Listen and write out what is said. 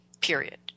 period